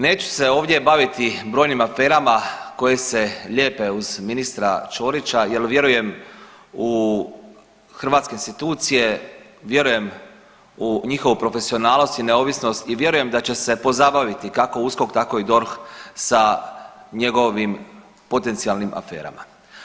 Neću se ovdje baviti brojnim aferama koje se lijepe uz ministra Čorića jer vjerujem u hrvatske institucije, vjerujem u njihovu profesionalnost i neovisnost i vjerujem da će se pozabaviti kako USKOK tako i DORH sa njegovim potencijalnim aferama.